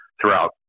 throughout